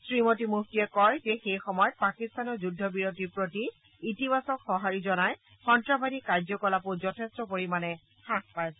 শ্ৰীমতী মুফটিয়ে কয় যে সেই সময়ত পাকিস্তানেও যুদ্ধবিৰতিৰ প্ৰতি ইতিবাচক সঁহাৰি জনাই সন্ত্ৰাসবাদী কাৰ্যকলাপো যথেষ্ঠ পৰিমাণে হ্ৰাস পাইছে